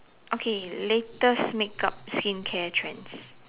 okay latest makeup skincare trends